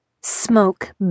Smoke